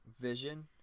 Vision